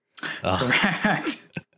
Correct